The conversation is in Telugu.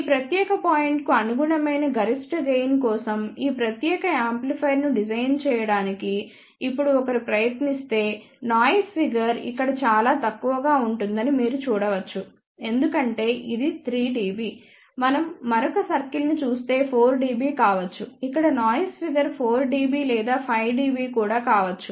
ఈ ప్రత్యేక పాయింట్ కు అనుగుణమైన గరిష్ట గెయిన్ కోసం ఈ ప్రత్యేక యాంప్లిఫైయర్ను డిజైన్ చేయడానికి ఇప్పుడు ఒకరు ప్రయత్నిస్తే నాయిస్ ఫిగర్ ఇక్కడ చాలా తక్కువగా ఉంటుందని మీరు చూడవచ్చు ఎందుకంటే ఇది 3 dB మనం మరొక సర్కిల్ ని చూస్తే 4 dB కావచ్చు ఇక్కడ నాయిస్ ఫిగర్ 4 dB లేదా 5 dB కూడా కావచ్చు